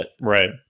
Right